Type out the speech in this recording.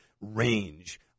range